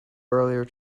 earlier